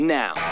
now